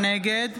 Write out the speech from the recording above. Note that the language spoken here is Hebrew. נגד